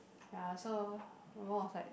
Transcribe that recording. ya so my mum was like